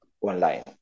online